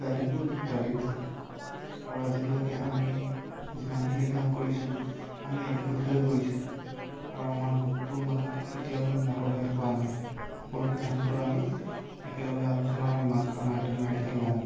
ইত্যাদিবোৰ ইত্যাদিবোৰ আৰু আজিলৈকে আমি যিমানখিনি কাম কৰিছোঁ আমি একগোট হৈ কৰিছোঁ আৰু আমাৰ গোটটোৰ মাজত কেতিয়াও মতভেদ হোৱা নাই সকলো সিদ্ধান্ত আমি একেলগে আলোচনা মীমাংসাৰ মাধ্যমেৰেহে লওঁ